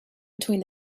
between